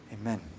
Amen